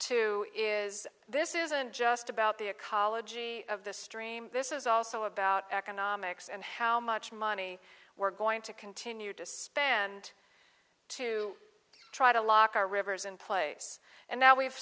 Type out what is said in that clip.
to is this isn't just about the ecology of the stream this is also about economics and how much money we're going to continue to spend to try to lock our rivers in place and now we've